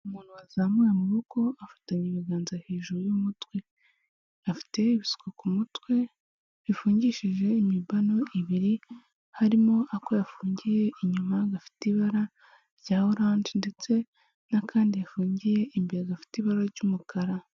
Umuntu wazamuye amaboko afatanya ibiganza hejuru y'umutwe afite ibiswa ku mutwe, bifungishije imibano ibiri, harimo ako yafungiye inyuma, gafite ibara rya oranje ndetse n'akandi gafungiye imbere gafite ibara ry'umukara.